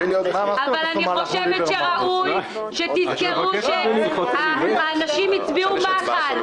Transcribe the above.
אבל אני חושבת שראוי שתזכרו שהאנשים הצביעו מח"ל,